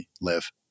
live